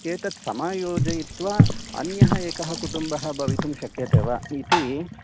एतत् समायोजयित्वा अन्यः एकः कुटुम्बः भवितुं शक्यते वा इति